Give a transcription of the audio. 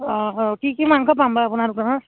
অঁ অঁ কি কি মাংস পাম বাৰু আপোনাৰ দোকানত